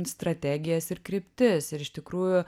strategijas ir kryptis ir iš tikrųjų